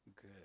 good